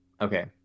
okay